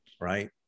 right